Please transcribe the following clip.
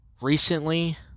Recently